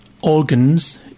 organs